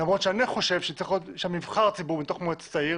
למרות שאני חושב שצריך להיות שם נבחר ציבור מתוך מועצת העיר,